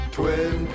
Twin